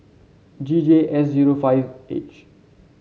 G J S zero five H